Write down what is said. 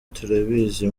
turabizi